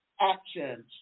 actions